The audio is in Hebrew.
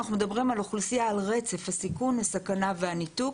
אנחנו מדברים על אוכלוסייה על רצף הסיכון לסכנה והניתוק